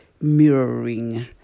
mirroring